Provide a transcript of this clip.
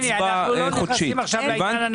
יבגני, אנחנו לא נכנסים עכשיו לעניין.